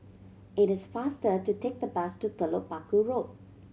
it is faster to take the bus to Telok Paku Road